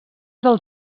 del